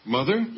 Mother